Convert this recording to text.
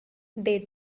they